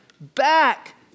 back